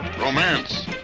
romance